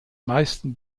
meisten